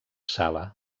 sala